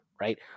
right